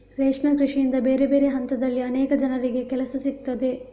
ರೇಷ್ಮೆ ಕೃಷಿಯಿಂದ ಬೇರೆ ಬೇರೆ ಹಂತದಲ್ಲಿ ಅನೇಕ ಜನರಿಗೆ ಕೆಲಸ ಸಿಗ್ತದೆ